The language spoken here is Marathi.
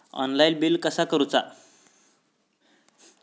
ऑनलाइन बिल कसा करुचा?